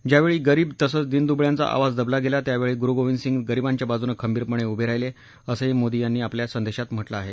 ज्यावेळी गरिब तसंच दिनदुबळ्यांचा आवाज दाबला गेला त्यावेळी गुरुगोविंदसिंग गरिबांच्या बाजूनं खंबीरपणे उभे राहिले असंही मोदी यांनी आपल्या संदेशात म्हटलं आहे